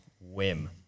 whim